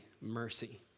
mercy